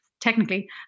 technically